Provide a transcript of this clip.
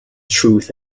truth